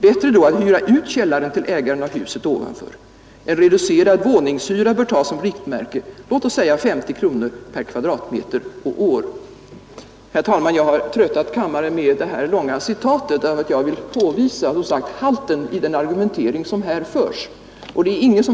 Bättre då att hyra ut källaren till ägaren av huset ovanför. En reducerad våningshyra bör tas som riktmärke, låt oss säga 50 kronor per kvadratmeter och år.” Herr talman! Jag har tröttat kammaren med det här långa citatet därför att jag vill påvisa halten i den argumentering som här förs.